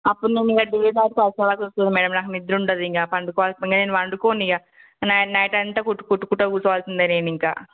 అప్పుడు నేను ఇక డే అండ్ నైట్ కష్టపడాల్సి వస్తుంది మ్యాడం నేను నాకు నిద్ర ఉండదు ఇక పండు నేను పడుకోను ఇగా నైట్ నైట్ అంతా కుట్టుకుంటూ కుట్టుకుంటూ కూర్చోవాల్సిందే నేను ఇంక